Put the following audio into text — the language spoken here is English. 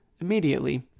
immediately